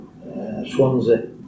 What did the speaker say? Swansea